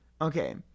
Okay